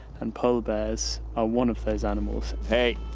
and polar bears are one of those animals. hey,